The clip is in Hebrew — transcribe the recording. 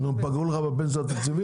פגעו לך בפנסיה התקציבית?